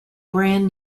brand